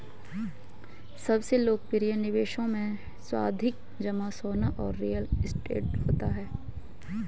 सबसे लोकप्रिय निवेशों मे, सावधि जमा, सोना और रियल एस्टेट है